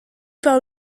par